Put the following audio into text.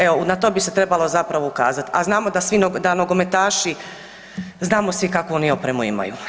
Evo, na to bi se trebalo zapravo ukazati, a znamo da svi, da nogometaši, znamo svi kakvu oni opremu imaju.